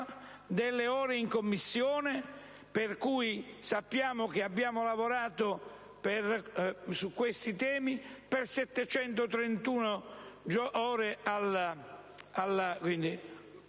delle ore d'Aula e Commissione, per cui sappiamo che abbiamo lavorato su questi temi per 731 giorni